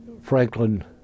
Franklin